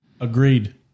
Agreed